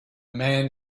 man